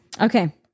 Okay